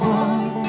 one